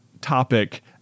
topic